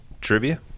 trivia